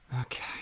Okay